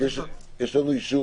יש לנו אישור?